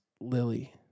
Lily